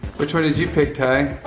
which one did you pick, ty?